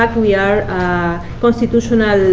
like we are a constitutional